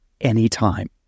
anytime